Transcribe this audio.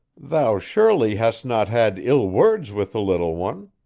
thou surely hast not had ill words with the little one?